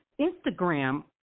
Instagram